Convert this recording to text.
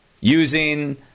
using